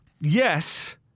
yes